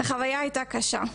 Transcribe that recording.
החוויה הייתה קשה.